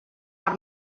per